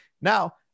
Now